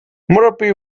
murphy